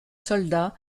soldat